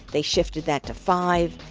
they shifted that to five,